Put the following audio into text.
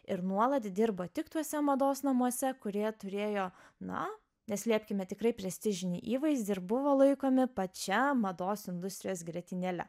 ir nuolat dirbo tik tuose mados namuose kurie turėjo na neslėpkime tikrai prestižinį įvaizdį ir buvo laikomi pačia mados industrijos grietinėle